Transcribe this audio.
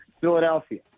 Philadelphia